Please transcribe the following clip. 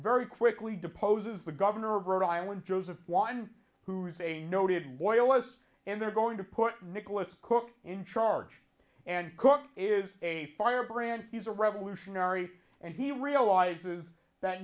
very quickly deposes the governor of rhode island joseph one who's a noted oil us and they're going to put nicholas cook in charge and cook is a firebrand he's a revolutionary and he realizes that